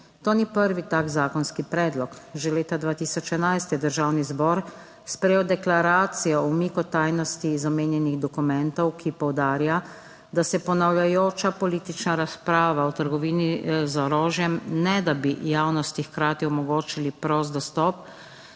to ni prvi tak zakonski predlog. Že leta 2011 je Državni zbor sprejel deklaracijo o umiku tajnosti iz omenjenih dokumentov, ki poudarja, da se ponavljajoča politična razprava o trgovini z orožjem, ne da bi javnosti hkrati omogočili prost dostop